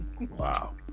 Wow